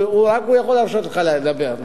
רק היושב-ראש יכול להרשות לך לדבר.